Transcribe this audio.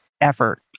effort